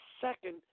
second